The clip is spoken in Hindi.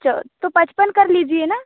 तो पचपन कर लीजिए ना